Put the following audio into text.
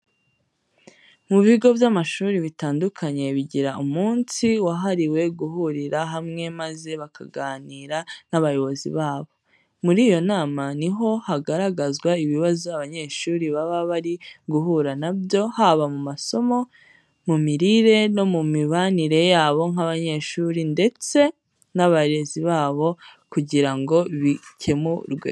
Mu bigo by'amashuri bitandukanye bigira umunsi wahariwe guhurira hamwe maze bakaganira n'abayobozi babo. Muri iyo nama ni ho hagaragazwa ibibazo abanyeshuri baba bari guhura na byo haba mu masomo, mu mirire no mu mibanire yabo nk'abanyeshuri ndetse n'abarezi babo kugira ngo bikemurwe.